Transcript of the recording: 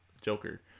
Joker